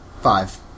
five